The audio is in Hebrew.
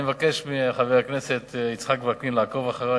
אני מבקש מחבר הכנסת יצחק וקנין לעקוב אחרי.